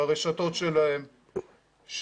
ברשתות שלהם,